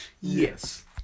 yes